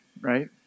right